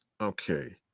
Okay